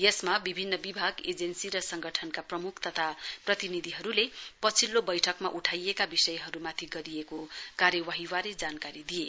यसमा विभिन्न विभाग एजेन्सी र सङ्गठनका प्रमुख तथा प्रतिनिधिहरूले पछिल्लो बैठकमा उठाइएका विषयहरूमाथि गरिएको कार्यवाहीबारे जानकारी दिए